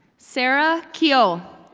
sarah kio,